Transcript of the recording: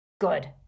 Good